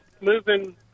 moving